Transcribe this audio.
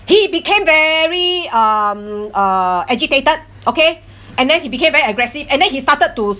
he became very um uh agitated okay and then he became very aggressive and then he started to